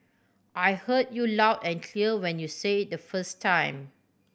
I heard you loud and clear when you say it the first time